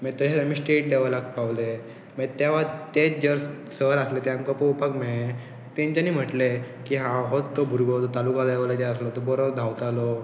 मागीर तशेंच आमी स्टेट लेवलाक पावले मागीर तेवा तेच जर सर आसलें तें आमकां पळोवपाक मेळ्ळें तेंच्यांनी म्हटलें की हांव होच तो भुरगो तालुका लेवला जो आसलो तो बरो धांवलो